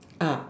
ah